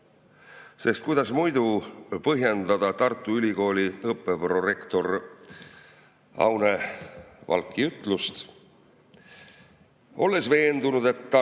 Sest kuidas muidu põhjendada Tartu Ülikooli õppeprorektori Aune Valgu ütlust "Olles veendunud, et Tartus